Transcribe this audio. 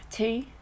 Two